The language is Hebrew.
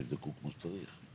מהיר?